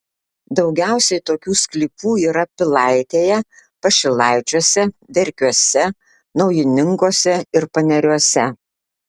daugiausiai tokių sklypų yra pilaitėje pašilaičiuose verkiuose naujininkuose ir paneriuose